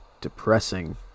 depressing